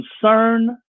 concern